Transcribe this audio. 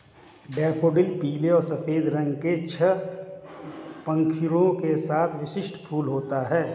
daffodil पीले और सफ़ेद रंग के छह पंखुड़ियों के साथ विशिष्ट फूल होते हैं